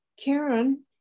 Karen